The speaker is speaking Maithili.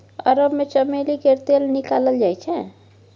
अरब मे चमेली केर तेल निकालल जाइ छै